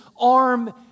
arm